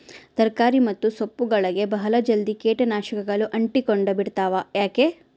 ತರಕಾರಿ ಮತ್ತು ಸೊಪ್ಪುಗಳಗೆ ಬಹಳ ಜಲ್ದಿ ಕೇಟ ನಾಶಕಗಳು ಅಂಟಿಕೊಂಡ ಬಿಡ್ತವಾ ಯಾಕೆ?